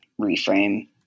reframe